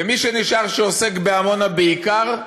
מי שנשאר לעסוק בעמונה, בעיקר,